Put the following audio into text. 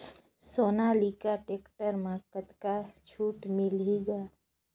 Sonalika tractor म कतका छूट मिलही ग?